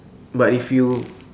but if you